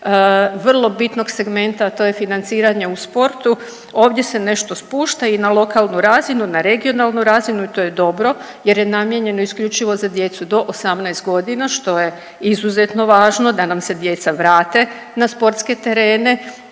vrlo bitnog segmenta, a to je financiranje u sportu. Ovdje se nešto spušta i na lokalnu razinu, na regionalnu razinu to je dobro jer je namijenjeno isključivo za djecu do 18 godina što je izuzetno važno da nam se djeca vrate na sportske terene.